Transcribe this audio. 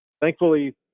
thankfully